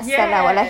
yes